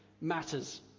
Matters